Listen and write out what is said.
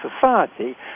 society